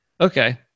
Okay